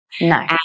No